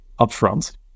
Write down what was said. upfront